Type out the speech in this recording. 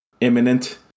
imminent